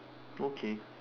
okay